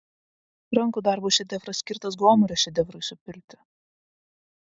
rankų darbo šedevras skirtas gomurio šedevrui supilti